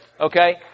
Okay